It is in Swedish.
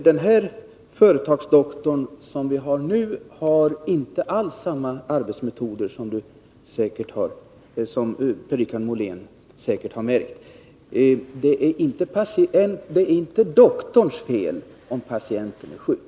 Den företagsdoktor vi har nu har helt andra arbetsmetoder, som Per-Richard Molén säkert har märkt. Det är inte doktorns fel om patienten är sjuk.